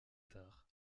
tard